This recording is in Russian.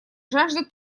жажда